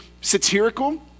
satirical